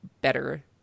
better